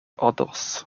others